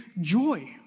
joy